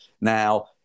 Now